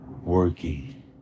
working